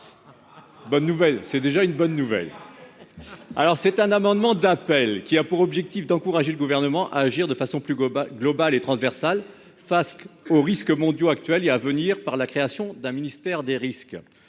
bonne nouvelle, il ne coûte que 1 euro ! Ce n'est pas rien ! Cet amendement d'appel a pour objet d'encourager le Gouvernement à agir de façon plus globale et transversale face aux risques mondiaux actuels et à venir, par la création d'un ministère des risques.